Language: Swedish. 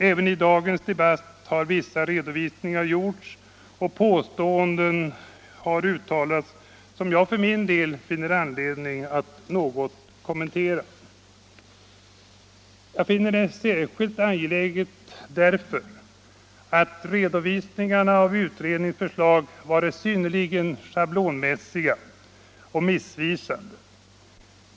Även i dagens debatt har vissa redovisningar gjorts och påståenden har uttalats som jag för min del finner anledning att något kommentera. Jag anser det särskilt angeläget att göra detta därför att redovisningarna av utredningens förslag varit synnerligen schablonmässiga och missvisande.